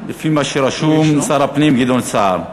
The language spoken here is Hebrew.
לפי מה שרשום, שר הפנים גדעון סער.